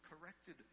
corrected